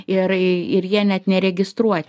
ir ir jie net neregistruoti